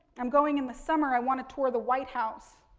i'm going in the summer, i want to tour the white house.